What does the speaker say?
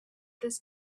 this